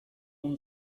اون